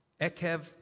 Ekev